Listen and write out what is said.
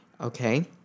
okay